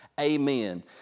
Amen